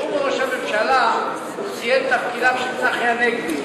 כי בנאומו ראש הממשלה ציין את תפקידיו של צחי הנגבי.